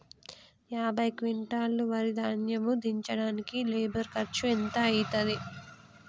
యాభై క్వింటాల్ వరి ధాన్యము దించడానికి లేబర్ ఖర్చు ఎంత అయితది?